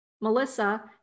Melissa